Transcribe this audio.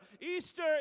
Easter